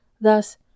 Thus